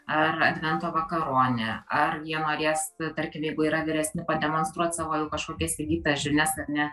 ar advento vakaronė ar jie norės tarkim jeigu yra vyresni pademonstruot savo jau kažkokias įgytas žinias ar ne